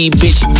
bitch